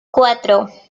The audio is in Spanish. cuatro